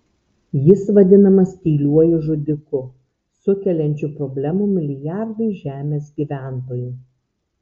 jis vadinamas tyliuoju žudiku sukeliančiu problemų milijardui žemės gyventojų